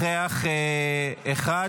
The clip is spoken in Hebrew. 56 נגד, 41 בעד, נוכח אחד.